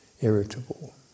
irritable